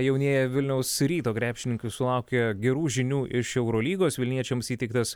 jaunieji vilniaus ryto krepšininkai sulaukė gerų žinių iš eurolygos vilniečiams įteiktas